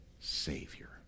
savior